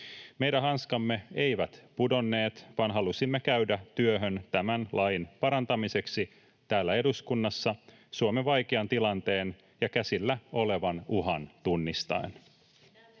Meidän hanskamme eivät pudonneet, vaan halusimme käydä työhön tämän lain parantamiseksi täällä eduskunnassa Suomen vaikean tilanteen ja käsillä olevan uhan tunnistaen.